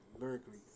Lyrically